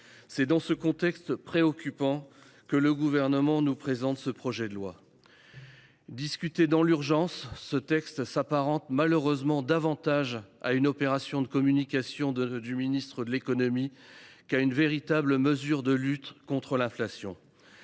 C’est dans ce contexte préoccupant que le Gouvernement nous présente ce projet de loi. Discuté dans l’urgence, ce texte s’apparente malheureusement davantage à une opération de communication du ministre de l’économie qu’à une véritable mesure de lutte contre l’inflation.